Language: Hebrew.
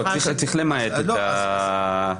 צריך למעט את התחביב.